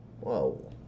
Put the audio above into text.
Whoa